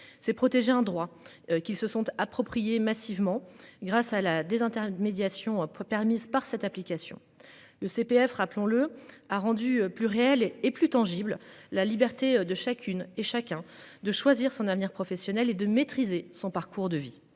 c'est protéger un droit qui se sont appropriés massivement grâce à la désintermédiation permise par cette application. Le CPF rappelons-le a rendu plus réel et plus tangible, la liberté de chacune et chacun de choisir son avenir professionnel et de maîtriser son parcours de vie